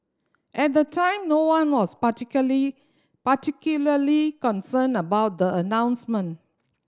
at the time no one was particularly concerned about the announcement